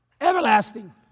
Everlasting